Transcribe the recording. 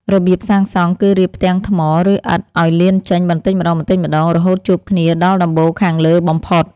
របៀបសាងសង់គឺរៀបផ្ទាំងថ្ម ឬឥដ្ឋឱ្យលៀនចេញបន្តិចម្តងៗរហូតជួបគ្នាដល់ដំបូលខាងលើបំផុត។